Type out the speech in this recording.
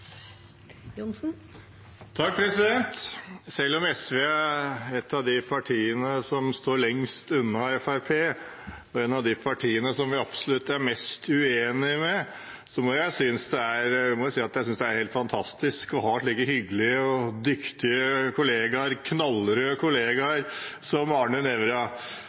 står lengst unna Fremskrittspartiet, og et av de partiene som vi absolutt er mest uenig med, må jeg si jeg synes det er fantastisk å ha slike hyggelige og dyktige knallrøde kollegaer som Arne Nævra. Det er nesten imponerende å se hvor «flinke» Nævra og hans kollegaer